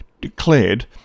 declared